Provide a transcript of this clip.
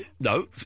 no